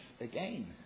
again